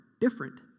different